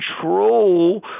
control